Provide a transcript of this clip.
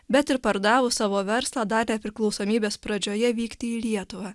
bet ir pardavus savo verslą dar nepriklausomybės pradžioje vykti į lietuvą